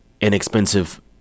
inexpensive